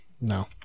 No